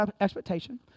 expectation